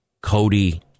Cody